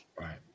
Right